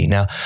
Now